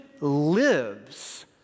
lives